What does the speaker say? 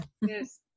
Yes